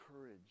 courage